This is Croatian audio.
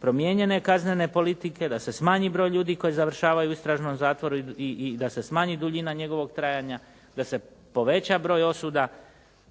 promijenjene kaznene politike, da se smanji broj ljudi koji završavaju u istražnom zatvoru i da se smanji duljina njegovog trajanja, da se poveća broj osuda